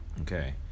Okay